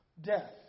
Death